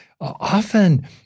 Often